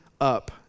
up